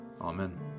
Amen